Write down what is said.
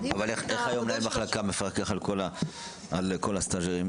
איך היום מנהל מחלקה מפקח על כל הסטז'רים?